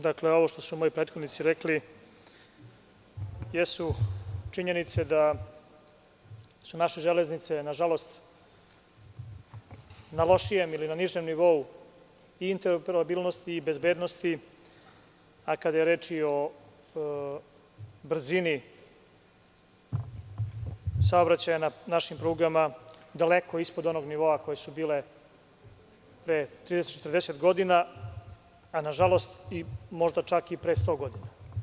Dakle, ovo što su moji prethodnici rekli jesu činjenice da su naše železnice na žalost na lošijem ili na nižem nivou interoperabilnosti i bezbednosti, a kada je reč i o brzini saobraćaja na našim prugama, daleko ispod onog nivoa koji su bili pre 30-40 godina, a nažalost možda čak i pre 100 godina.